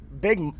big